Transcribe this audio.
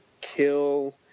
kill